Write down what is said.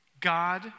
God